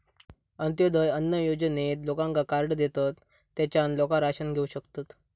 अंत्योदय अन्न योजनेत लोकांका कार्डा देतत, तेच्यान लोका राशन घेऊ शकतत